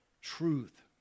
truth